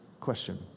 question